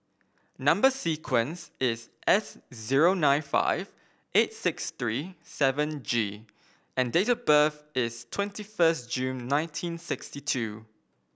number sequence is S zero nine five eight six three seven G and date of birth is twenty first June nineteen sixty two